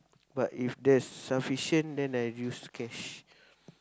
but if there's sufficient then I use cash